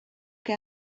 que